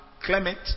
Clement